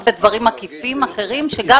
בדברים עקיפים אחרים שגם יהיו בתעשייה.